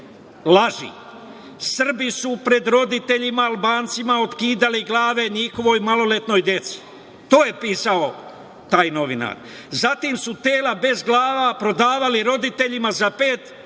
laži: „Srbi su pred roditeljima Albancima otkidali glave njihovoj maloletnoj deci“. To je pisao taj novinar. „Zatim su tela bez glava prodavali roditeljima za pet hiljada